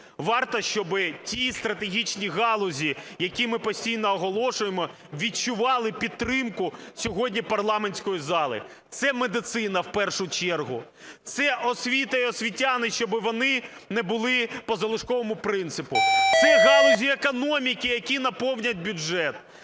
варто, щоби ті стратегічні галузі, які ми постійно оголошуємо, відчували підтримку сьогодні парламентської зали. Це медицина в першу чергу, це освіта і освітяни, щоби вони не були по залишковому принципу. Це галузі економіки, які наповнять бюджет.